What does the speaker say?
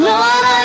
Lord